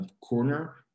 corner